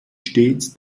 stets